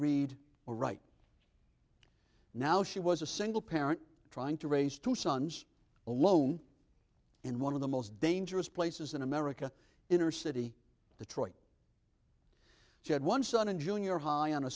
write now she was a single parent trying to raise two sons alone in one of the most dangerous places in america inner city detroit she had one son in junior high on a